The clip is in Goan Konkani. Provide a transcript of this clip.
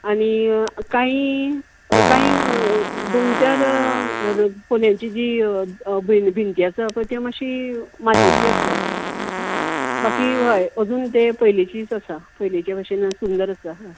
आनी काय काय दोन चार पयलीची जी भिंत आसा त्यो मातशीं मातयेची आसात बाकी हय अजून ते पयलिचीच आसा पयलीच्या भाशेन सुंदर आसा